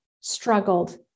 struggled